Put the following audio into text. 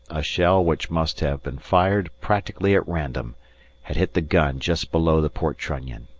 a shell which must have been fired practically at random had hit the gun just below the port trunnion.